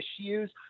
issues